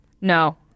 No